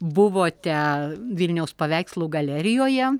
buvote vilniaus paveikslų galerijoje